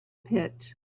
pit